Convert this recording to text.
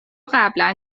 قبلا